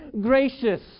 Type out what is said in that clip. gracious